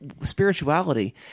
spirituality